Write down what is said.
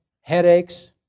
headaches